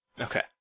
Okay